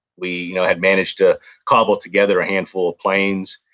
we had managed to cobble together a handful of planes,